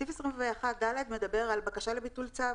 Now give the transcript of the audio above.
סעיף 21ד מדבר על בקשה לביטול צו.